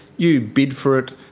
you bid for it,